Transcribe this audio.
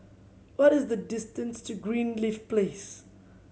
what is the distance to Greenleaf Place